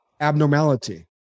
abnormality